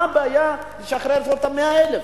מה הבעיה לשחרר את ה-100,000?